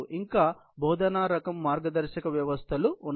ఇంకా బోధనా రకం మార్గదర్శక వ్యవస్థలు ఉన్నాయి